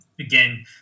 Again